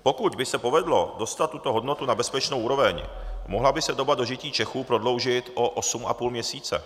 Pokud by se povedlo dostat tuto hodnotu na bezpečnou úroveň, mohla by se doba dožití Čechů prodloužit o 8,5 měsíce.